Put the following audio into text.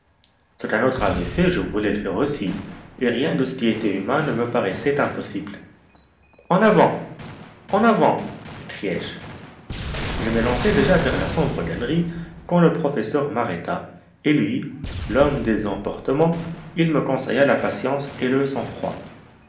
ce qu'un autre avait fait je voulais le faire aussi et rien de ce qui était humain ne me paraissait impossible en avant en avant m'écriai-je je m'élançais déjà vers la sombre galerie quand le professeur m'arrêta et lui l'homme des emportements il me conseilla la patience et le sang-froid